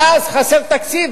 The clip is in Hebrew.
ואז חסר תקציב,